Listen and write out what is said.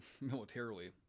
militarily